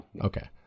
Okay